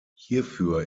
hierfür